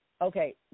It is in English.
okay